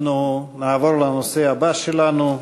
אנחנו נעבור לנושא הבא שלנו: